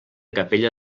capella